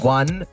one